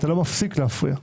אתה לא מפסיק להפריע.